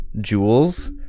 jewels